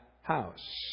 house